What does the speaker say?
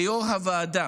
כיו"ר הוועדה